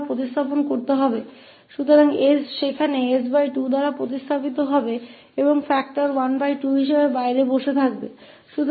तो s को वहांबदल दिया जाएगा s2से और बाहर 12के रूप में एक फैक्टर बैठा होगा